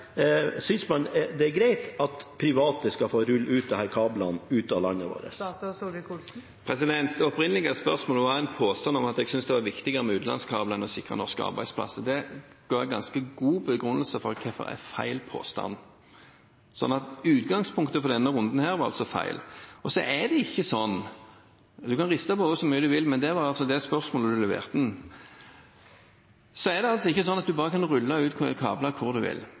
Synes man det er greit at private skal få rulle disse kablene ut av landet vårt? Det opprinnelige spørsmålet var en påstand om at jeg syntes det var viktigere med utenlandskabler enn å sikre norske arbeidsplasser. Jeg ga en ganske god begrunnelse for hvorfor påstanden er feil. Utgangspunktet for denne runden var altså feil. Representanten kan riste på hodet så mye han vil, men det var det spørsmålet han leverte inn. Det er ikke sånn at man kan rulle ut kabler hvor man vil.